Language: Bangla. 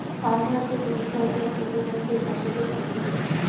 ফার্মার যে বিল সরকার করে যাতে চাষীদের ক্ষতি হচ্ছে